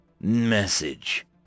message